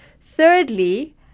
Thirdly